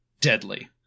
deadly